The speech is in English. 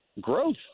growth